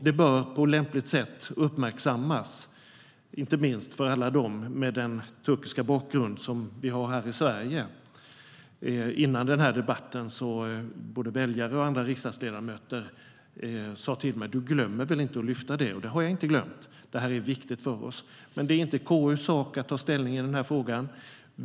Det bör på lämpligt sätt uppmärksammas, inte minst för alla med turkisk bakgrund som vi har här i Sverige.Före debatten sa både väljare och andra riksdagsledamöter till mig: Du glömmer väl inte att lyfta det? Det har jag inte glömt. Det här är viktigt för oss, men det är inte KU:s sak att ta ställning i frågan.